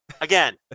Again